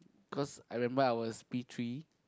cause I remember I was P three